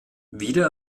wider